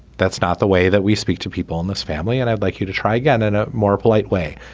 that's not the way that we speak to people in this family and i'd like you to try again in a more polite way.